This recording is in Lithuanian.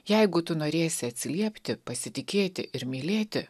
jeigu tu norėsi atsiliepti pasitikėti ir mylėti